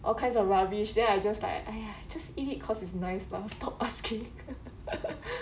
all kinds of rubbish then I just like !aiya! just eat it cause it's nice lah stop asking